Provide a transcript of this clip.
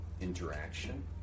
interaction